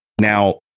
Now